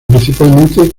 principalmente